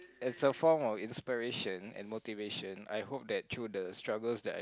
as a form of inspiration and motivation I hope that through the struggles that I